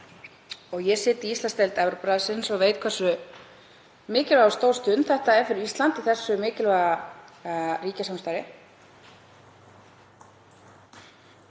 og ég sit í Íslandsdeild Evrópuráðsins og veit hversu mikilvæg og stór stund það er fyrir Ísland í þessu mikilvæga ríkjasamstarfi.